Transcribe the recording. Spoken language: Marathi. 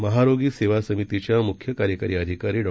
महारोगीसेवासमितीच्यामुख्यकार्यकारीअधिकारीडॉ